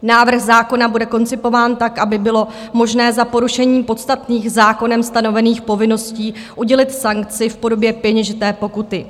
Návrh zákona bude koncipován tak, aby bylo možné za porušení podstatných zákonem stanovených povinností udělit sankci v podobě peněžité pokuty.